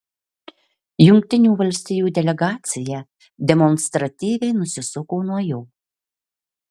jungtinių valstijų delegacija demonstratyviai nusisuko nuo jo